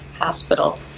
hospital